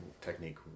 technique